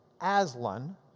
Aslan